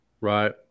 Right